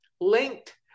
Linked